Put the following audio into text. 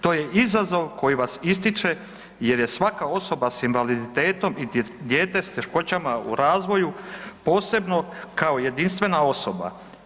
To je izazov koji vas ističe jer je svaka osoba s invaliditetom i dijete s teškoćama u razvoju posebno kao jedinstvena osoba.